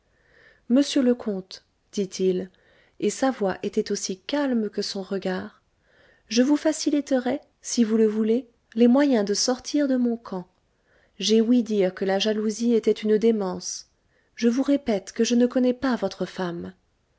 monsieur le comte dit-il et sa voix était aussi calme que son regard je vous faciliterai si vous le voulez les moyens de sortir de mon camp j'ai ouï dire que la jalousie était une démence je vous répète que je ne connais pas votre femme